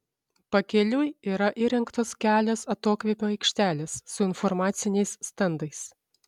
pakeliui yra įrengtos kelios atokvėpio aikštelės su informaciniais stendais